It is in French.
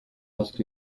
lorsque